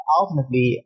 ultimately